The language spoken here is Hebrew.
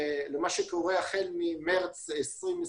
החל ממרס 2020,